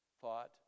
thought